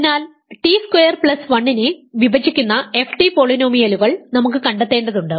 അതിനാൽ T square plus 1 നെ വിഭജിക്കുന്ന ft പോളിനോമിയലുകൾ നമുക്ക് കണ്ടെത്തേണ്ടതുണ്ട്